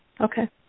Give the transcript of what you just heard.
Okay